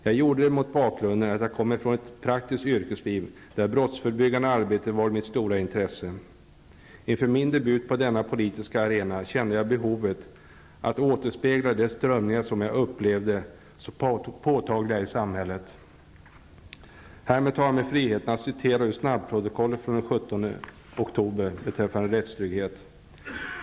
Jag gjorde det mot bakgrunden att jag kommer från ett praktiskt yrkesliv där brottsförebyggande arbete varit mitt stora intresse. Inför min debut på denna politiska arena kände jag behovet av att återspegla de strömningar som jag upplevde vara så påtagliga i samhällslivet. Härmed tar jag mig friheten att citera ur snabbprotokollet från den 17 oktober beträffande rättstrygghet.